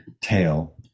tail